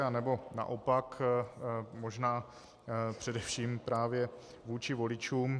Anebo naopak, možná především právě vůči voličům.